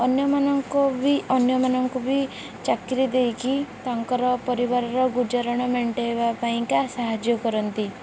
ଅନ୍ୟମାନଙ୍କ ବି ଅନ୍ୟମାନଙ୍କୁ ବି ଚାକିରି ଦେଇକି ତାଙ୍କର ପରିବାରର ଗୁଜାରଣ ମେଣ୍ଟେଇବା ପାଇଁକା ସାହାଯ୍ୟ କରନ୍ତି